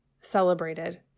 celebrated